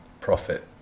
profit